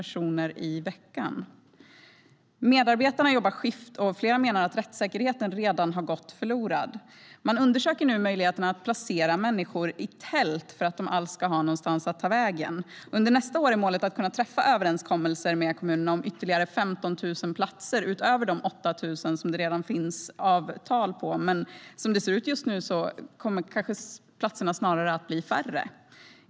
Medarbetarna jobbar skift, och flera menar att rättssäkerheten redan har gått förlorad. Man undersöker nu möjligheten att placera människor i tält för att de alls ska ha någonstans att ta vägen. Under nästa år är målet att man ska kunna träffa överenskommelser med kommunerna om ytterligare 15 000 platser, utöver de 8 000 som det redan finns avtal om. Men som det ser ut just nu kommer platserna snarare att bli färre.